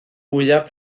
mwyaf